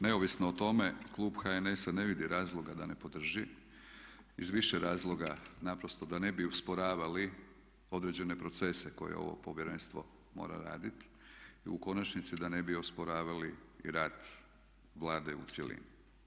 Neovisno o tome klub HNS-a ne vidi razloga da ne podrži iz više razloga, naprosto da ne bi usporavali određene procese koje ovo povjerenstvo mora raditi i u konačnici da ne bi osporavali i rad Vlade u cjelini.